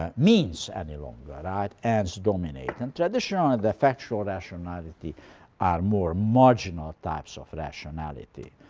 ah means any longer. right? ends dominate. and traditionally the factual rationality are more marginal types of rationality.